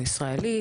ישראלי,